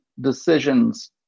decisions